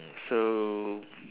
mm so